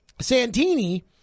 Santini